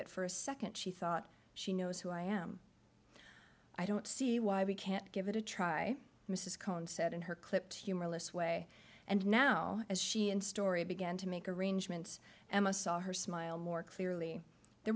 that for a second she thought she knows who i am i don't see why we can't give it a try mrs cohen said in her clipped humorless way and now as she and story began to make arrangements emma saw her smile more clearly there